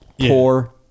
poor